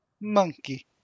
Monkey